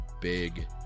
big